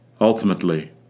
Ultimately